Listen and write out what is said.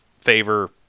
favor